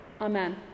Amen